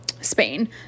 Spain